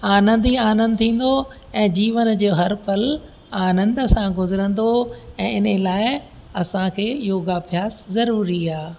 आनंद ई आनंदु थींदो ऐं जीवन जो हर पल आनंद सां गुज़रंदो ऐं इन लाइ असां खे योगा अभ्यासु ज़रूरी आहे